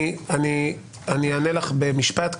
אני אענה לך במשפט,